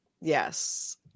Yes